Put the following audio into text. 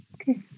Okay